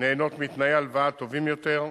נהנות מתנאי הלוואה טובים יותר,